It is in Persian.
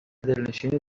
دلنشینی